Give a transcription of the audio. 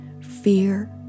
fear